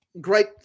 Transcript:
Great